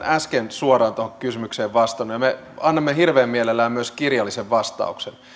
äsken suoraan tuohon kysymykseen vastannut ja me annamme hirveän mielellämme myös kirjallisen vastauksen